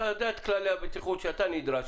אתה יודע את כללי הבטיחות להם אתה נדרש.